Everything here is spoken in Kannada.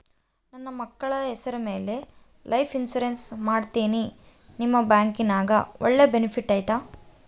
ನನ್ನ ಮಕ್ಕಳ ಹೆಸರ ಮ್ಯಾಲೆ ಲೈಫ್ ಇನ್ಸೂರೆನ್ಸ್ ಮಾಡತೇನಿ ನಿಮ್ಮ ಬ್ಯಾಂಕಿನ್ಯಾಗ ಒಳ್ಳೆ ಬೆನಿಫಿಟ್ ಐತಾ?